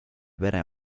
pere